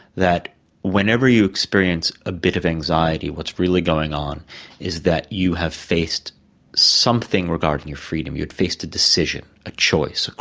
that whenever you experience a bit of anxiety, what's really going on is that you have faced something regarding your freedom, you had faced a decision, a choice, ah